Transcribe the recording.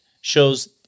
shows